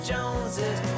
Joneses